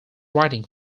writing